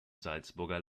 salzburger